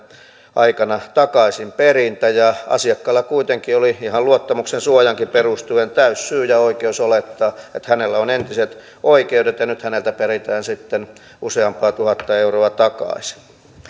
aikana takaisinperintä asiakkaalla kuitenkin oli ihan luottamuksensuojaankin perustuen täysi syy ja oikeus olettaa että hänellä on entiset oikeudet ja nyt häneltä peritään sitten useampaa tuhatta euroa takaisin